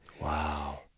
Wow